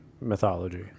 mythology